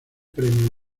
premio